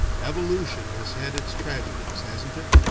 evolution has had its tragedies, hasn't it,